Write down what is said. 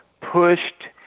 pushed